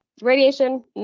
radiation